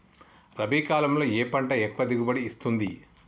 రబీ కాలంలో ఏ పంట ఎక్కువ దిగుబడి ఇస్తుంది?